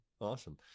Awesome